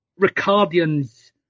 Ricardians